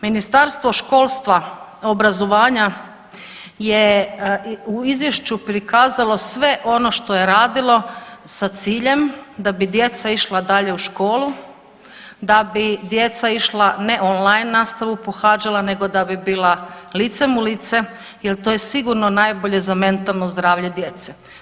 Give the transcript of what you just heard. Ministarstvo školstva i obrazovanja je u izvješću prikazalo sve ono što je radilo sa ciljem da bi djeca išla dalje u školu, da bi djeca išla ne online nastavu pohađala nego da bi bila licem u lice jel to je sigurno najbolje za mentalno zdravlje djece.